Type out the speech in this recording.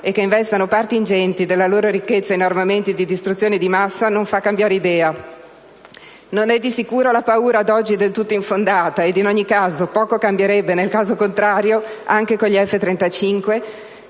e che investano parti ingenti della loro ricchezza in armamenti di distruzione di massa non fa cambiare idea. Non è di sicuro la paura, ad oggi del tutto infondata (ed in ogni caso poco cambierebbe nel caso contrario, anche con gli F-35),